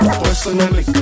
personally